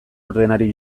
ordenari